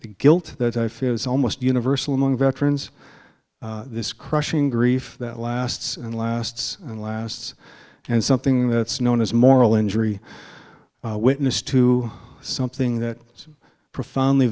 guilt that i feel is almost universal among veterans this crushing grief that lasts and lasts and lasts and something that's known as moral injury witness to something that profoundly